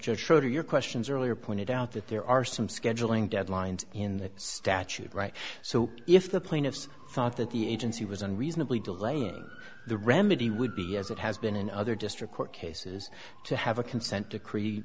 just show to your questions earlier pointed out that there are some scheduling deadlines in the statute right so if the plaintiffs thought that the agency was unreasonably delaying the remedy would be as it has been in other district court cases to have a consent decree